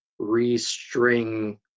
restring